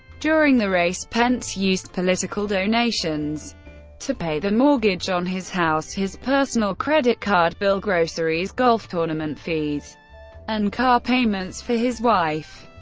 during the race, pence used political donations to pay the mortgage on his house, his personal credit card bill, groceries, golf tournament fees and car payments for his wife.